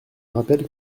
rappelle